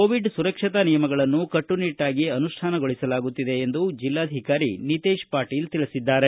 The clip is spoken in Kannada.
ಕೊವಿಡ್ ಸುರಕ್ಷಾ ನಿಯಮಗಳನ್ನು ಕಟ್ಲುನಿಟ್ಲಾಗಿ ಅನುಷ್ಠಾನಗೊಳಿಸಲಾಗುತ್ತಿದೆ ಎಂದು ಜೆಲ್ಲಾಧಿಕಾರಿ ನಿತೇಶ್ ಪಾಟೀಲ್ ತಿಳಿಸಿದ್ದಾರೆ